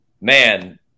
Man